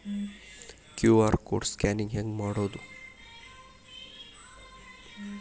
QR code scan ಹೆಂಗ್ ಮಾಡೋದು?